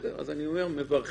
אז אנחנו מברכים.